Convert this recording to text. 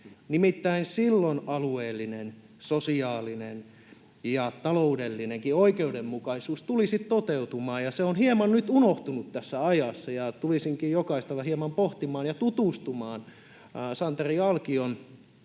ihminen. Silloin alueellinen, sosiaalinen ja taloudellinenkin oikeudenmukaisuus tulisi toteutumaan. Se on hieman nyt unohtunut tässä ajassa, ja tukisinkin jokaista hieman pohtimaan ja tutustumaan Santeri Alkion